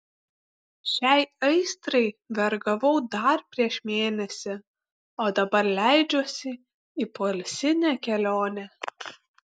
šiai aistrai vergavau dar prieš mėnesį o dabar leidžiuosi į poilsinę kelionę